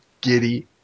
giddy